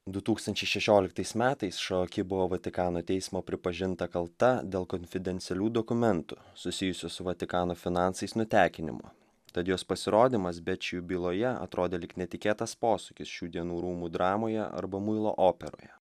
du tūkstančiai šešioliktais metais šoaki buvo vatikano teismo pripažinta kalta dėl konfidencialių dokumentų susijusių su vatikano finansais nutekinimu tad jos pasirodymas bečiju byloje atrodė lyg netikėtas posūkis šių dienų rūmų dramoje arba muilo operoje